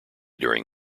during